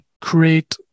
create